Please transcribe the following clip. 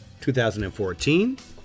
2014